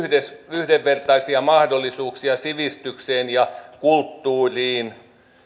yhdenvertaisia mahdollisuuksia sivistykseen ja kulttuuriin